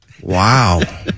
wow